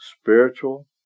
Spiritual